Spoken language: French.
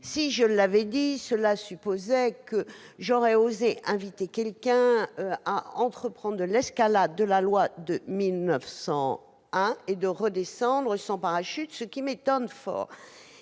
si je l'avais dit, cela supposerait que j'aurais osé inviter quelqu'un à entreprendre l'escalade de la loi de 1901 et à redescendre sans parachute, ce qui m'étonne fort